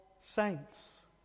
saints